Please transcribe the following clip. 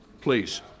Please